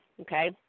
okay